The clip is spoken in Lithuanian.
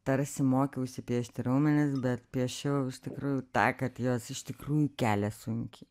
tarsi mokiausi piešti raumenis bet piešiau iš tikrųjų tą kad jos iš tikrųjų kelia sunkiai